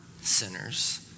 sinners